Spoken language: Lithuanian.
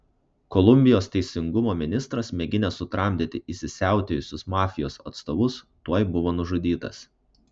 kolumbijos teisingumo ministras mėginęs sutramdyti įsisiautėjusius mafijos atstovus tuoj buvo nužudytas